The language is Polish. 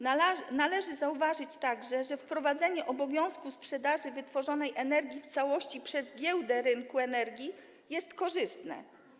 Należy zauważyć także, że wprowadzenie obowiązku sprzedaży wytworzonej energii w całości poprzez giełdę rynku energii jest korzystne.